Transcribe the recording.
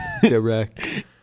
Direct